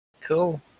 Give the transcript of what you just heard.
Cool